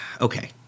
Okay